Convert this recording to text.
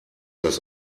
das